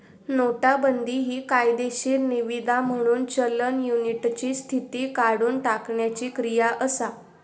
नोटाबंदी हि कायदेशीर निवीदा म्हणून चलन युनिटची स्थिती काढुन टाकण्याची क्रिया असा